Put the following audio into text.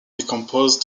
decomposes